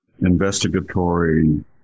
investigatory